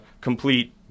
complete